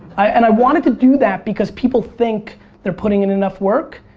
i wanted to do that because people think they're putting in enough work.